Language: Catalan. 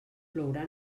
plourà